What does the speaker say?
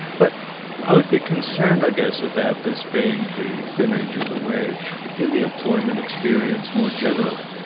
but i would be concerned, i guess, about this being the thin edge of the wedge in the employment experience more generally.